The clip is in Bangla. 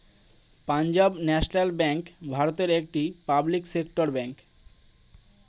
পাঞ্জাব ন্যাশনাল ব্যাঙ্ক ভারতের একটি পাবলিক সেক্টর ব্যাঙ্ক